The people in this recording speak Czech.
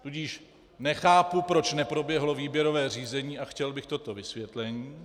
Tudíž nechápu, proč neproběhlo výběrové řízení, a chtěl bych toto vysvětlení.